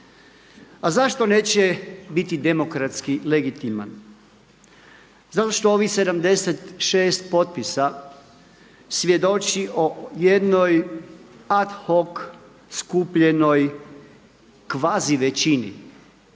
A zašto neće biti demokratski legitiman? Zato što ovih 756 potpisa svjedoči o jednoj ad hoc skupljenoj kvazi većini